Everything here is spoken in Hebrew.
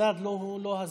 המדד הוא לא הזמן,